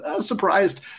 surprised